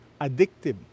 addictive